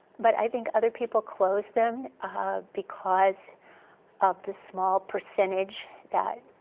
but i think other people close them because of the small percentage that